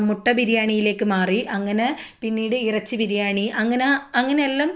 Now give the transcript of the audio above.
മുട്ട ബിരിയാണിയിലേക്ക് മാറി അങ്ങനെ പിന്നീട് ഇറച്ചി ബിരിയാണി അങ്ങനെ അങ്ങനെല്ലാം